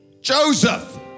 Joseph